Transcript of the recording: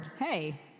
Hey